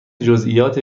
جزییات